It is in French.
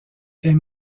est